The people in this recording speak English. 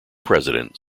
president